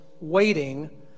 waiting